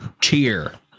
cheer